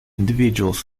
individuals